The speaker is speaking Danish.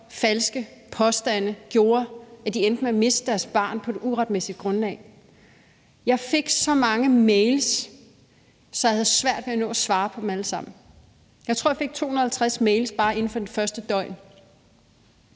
falske påstande gjorde, at de endte med at miste deres barn på et uretmæssigt grundlag. Jeg fik så mange mails, at jeg havde svært ved at nå at svare på dem alle sammen. Jeg tror, jeg fik 250 mails bare inden for det første døgn.